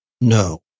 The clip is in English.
No